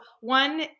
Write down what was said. one